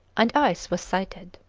and ice was sighted.